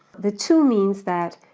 the two means that,